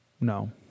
no